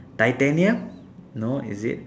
titanium no is it